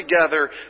together